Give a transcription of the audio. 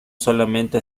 solamente